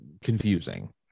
confusing